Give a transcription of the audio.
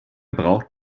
braucht